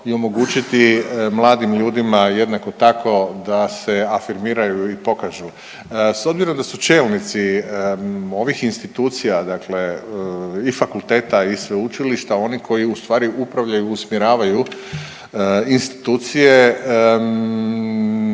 i omogućiti mladim ljudima jednako tako da se afirmiraju i pokažu. S obzirom da su čelnici ovih institucija, dakle i fakulteta i sveučilišta oni koji u stvari upravljaju, usmjeravaju institucije